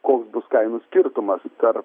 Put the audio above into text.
koks bus kainų skirtumas tarp